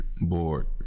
bored